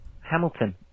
Hamilton